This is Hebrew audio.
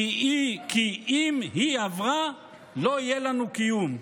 כי אם היא עברה לא יהיה לנו קיום".